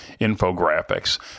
infographics